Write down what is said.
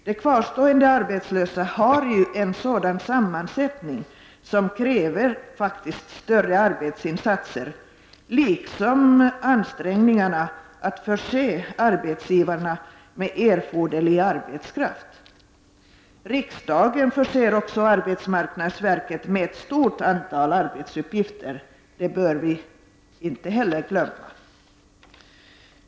De kvarstående arbetslösa har en sammansättning som kräver större arbetsinsatser och ansträngningar när det gäller att förse arbetsgivarna med erforderlig arbetskraft. Vi bör inte heller glömma att riksdagen förser arbetsmarknadsverket med ett stort antal arbetsuppgifter.